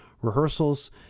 rehearsals